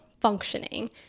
functioning